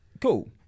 cool